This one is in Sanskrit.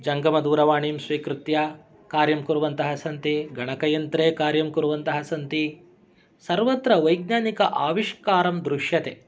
जङ्गमदूरवाणीं स्वीकृत्य कार्यं कुर्वन्तः सन्ति गणकयन्त्रे कार्यं कुर्वन्तः सन्ति सर्वत्र वैज्ञानिक आविष्कारं दृश्यते